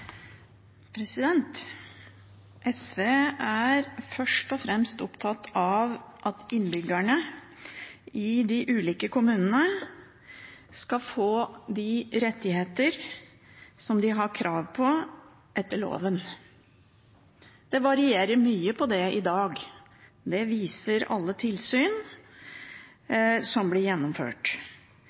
først og fremst opptatt av at innbyggerne i de ulike kommunene skal få de rettigheter som de har krav på etter loven. Det varierer mye i dag; det viser alle tilsyn som blir gjennomført.